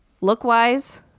look-wise